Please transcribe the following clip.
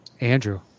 Andrew